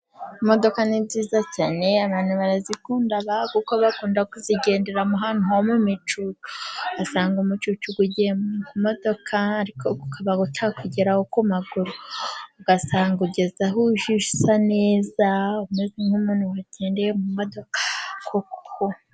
Imodoka ni nziza cyane. Abantu barazikunda kuko bakunda kuzigenderamo ahantu ho mu micucu. Ugasanga umucucu ugiye modoka ariko ukaba utakugeraho ku maguru ugasanga ugeze aho ujya usa neza, umeze nk'umuntu wagendeye mu modoka koko.